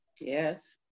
Yes